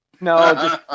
No